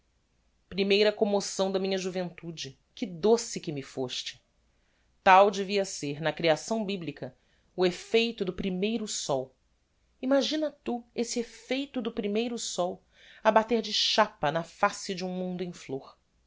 primeira commoção da minha juventude que doce que me foste tal devia ser na creação biblica o effeito do primeiro sol imagina tu esse effeito do primeiro sol a bater de chapa na face de um mundo em flor